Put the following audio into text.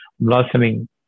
blossoming